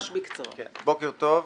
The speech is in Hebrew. בוקר טוב.